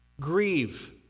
Grieve